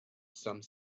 some